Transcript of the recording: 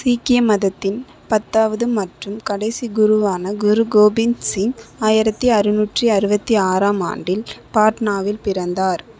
சீக்கிய மதத்தின் பத்தாவது மற்றும் கடைசி குருவான குரு கோபிந்த் சிங் ஆயிரத்தி அறுநூற்றி அறுபத்தி ஆறாம் ஆண்டில் பாட்னாவில் பிறந்தார்